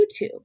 YouTube